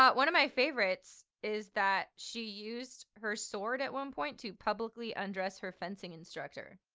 but one of my favorites is that she used her sword at one point to publicly undress her fencing instructor.